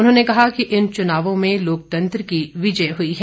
उन्होंने कहा कि इन चुनावों में लोकतंत्र की विजय हुई है